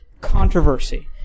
controversy